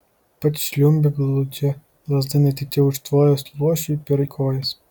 pats žliumbė gludžia lazda netyčia užtvojęs luošiui per kojas